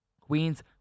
queens